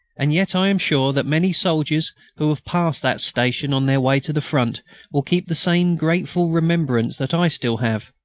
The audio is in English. and yet i am sure that many soldiers who have passed that station on their way to the front will keep the same grateful remembrance that i still have.